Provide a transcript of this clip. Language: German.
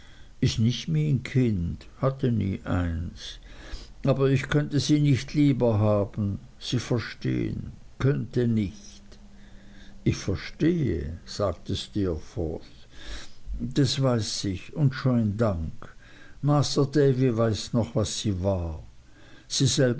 is nich mien kind hatte nie eins aber ich könnte sie nicht lieber haben sie verstehen könnte nich ich verstehe sagte steerforth das weiß ich sir und schoin dank masr davy weiß noch was sie war sie